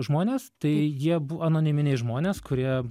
žmonės tai jie bu anoniminiai žmonės kurie